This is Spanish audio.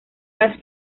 las